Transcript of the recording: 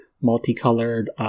multicolored